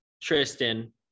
tristan